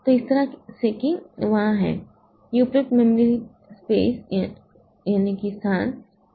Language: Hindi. तो इस पूरे से कि वहाँ है यह उपलब्ध मेमोरी स्थान है